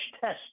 test